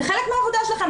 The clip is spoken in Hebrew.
זה חלק מהעבודה שלכם,